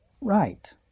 right